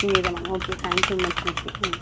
Nivetha ma'am okay தேங்க்யூங்க ma'am okay ம்